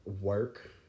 work